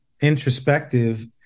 introspective